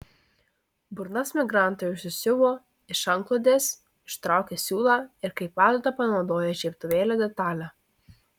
burnas migrantai užsisiuvo iš antklodės ištraukę siūlą ir kaip adatą panaudoję žiebtuvėlio detalę